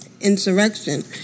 Insurrection